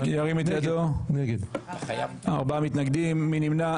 4. מי נמנע?